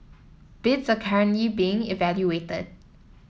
bids are currently being evaluated